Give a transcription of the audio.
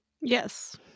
Yes